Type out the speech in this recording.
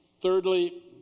Thirdly